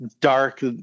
dark